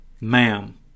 ma'am